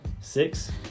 Six